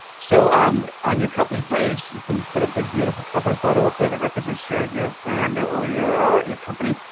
so um on your company page, you can put a big, beautiful cover photo up there that represents your your brand or or your your company.